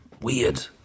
Weird